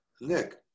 Nick